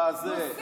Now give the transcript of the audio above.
וחצי דקות, כן.